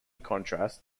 contrast